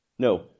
No